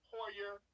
Hoyer